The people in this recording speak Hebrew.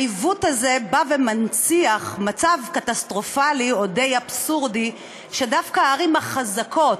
העיוות הזה מנציח מצב קטסטרופלי או די אבסורדי שדווקא הערים החזקות,